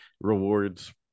rewards